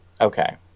Okay